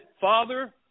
Father